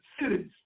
cities